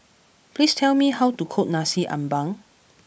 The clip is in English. please tell me how to cook Nasi Ambeng